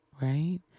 right